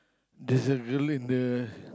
there's a girl in the